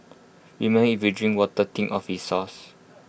remember if you drink water think of its source